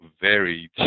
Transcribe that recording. varied